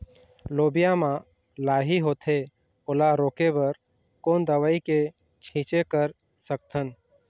लोबिया मा लाही होथे ओला रोके बर कोन दवई के छीचें कर सकथन?